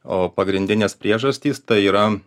o pagrindinės priežastys tai yra